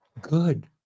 good